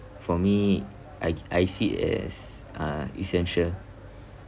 for me I I see as uh essential